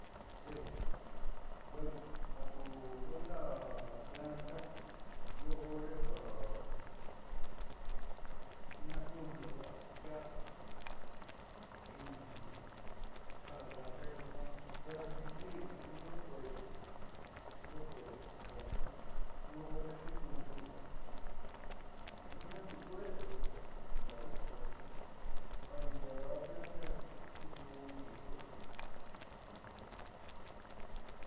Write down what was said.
bueno ja ku kuenda planta ro hore io naakujndo la'a ku tia'ando, chinana taja planta nyuuka xeresentir jiaa io xue'exi tiuku io kue'e ja planta jiaa io hore xuukun yu'a jiaa kue'e janda'avi ja planta adindiao ja planta xuukuun dii yu'a.